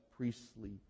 priestly